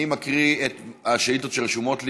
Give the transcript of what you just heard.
אני מקריא את השאילתות שרשומות לי.